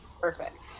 Perfect